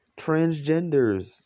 transgenders